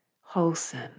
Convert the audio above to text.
wholesome